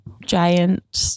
giant